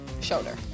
Shoulder